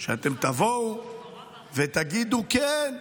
שאתם תבואו ותגידו: כן,